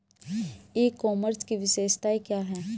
ई commerce की विशेषताएं क्या हैं?